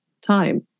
time